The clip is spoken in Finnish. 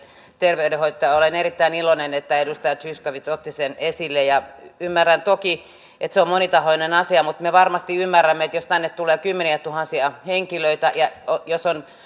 terveydenhoito olen erittäin iloinen että edustaja zyskowicz otti sen esille ymmärrän toki että se on monitahoinen asia mutta me varmasti ymmärrämme että jos tänne tulee kymmeniätuhansia henkilöitä ja jos on